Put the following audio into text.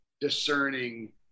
discerning